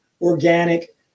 organic